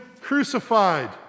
crucified